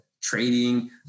trading